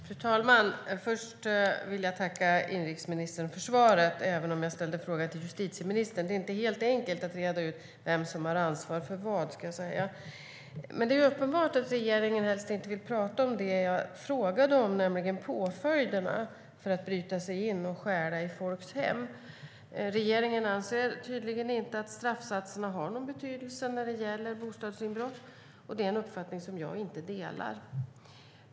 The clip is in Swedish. Fru talman! Jag tackar inrikesministern för svaret, även om jag ställde frågan till justitieministern. Det är inte helt enkelt att reda ut vem som har ansvar för vad. Det är uppenbart att regeringen helst inte vill prata om det jag frågade om, nämligen påföljderna för att bryta sig in och stjäla i folks hem. Regeringen anser tydligen inte att straffsatserna har någon betydelse när det gäller bostadsinbrott. Jag delar inte den uppfattningen.